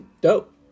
Dope